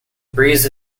breeze